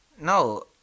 No